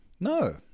No